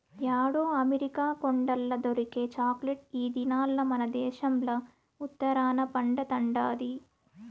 యాడో అమెరికా కొండల్ల దొరికే చాక్లెట్ ఈ దినాల్ల మనదేశంల ఉత్తరాన పండతండాది